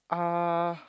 uh